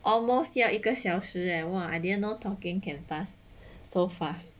almost 要一个小时 leh !wah! I didn't know talking can pass so fast